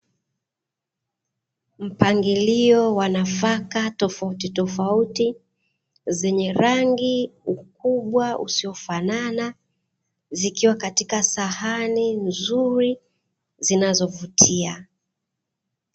Mpangilio wa nafaka tofautitofauti, zenye rangi, ukubwa usiofanana, zikiwa katika sahani nzuri zinazovutia.